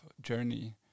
journey